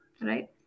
right